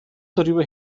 darüber